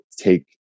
take